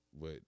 But-